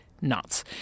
nuts